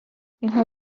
اینها